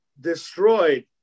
destroyed